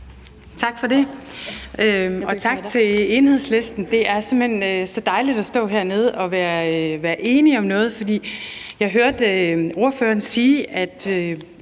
Tak for det. Og tak til Enhedslisten. Det er simpelt hen så dejligt at stå hernede og opleve, at vi kan være enige om noget. Jeg hørte ordføreren sige, at